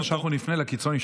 אתה אומר שנפנה לקיצוניים,